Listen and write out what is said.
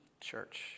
church